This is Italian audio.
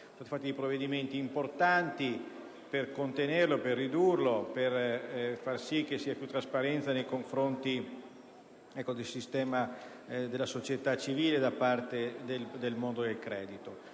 Sono stati fatti provvedimenti importanti per contenerlo e ridurlo e far sì che ci sia più trasparenza nei confronti della società civile da parte del mondo del credito.